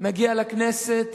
מגיע לכנסת